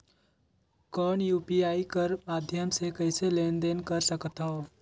कौन यू.पी.आई कर माध्यम से कइसे लेन देन कर सकथव?